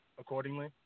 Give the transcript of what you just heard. accordingly